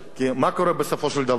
כי מה קורה בסופו של דבר?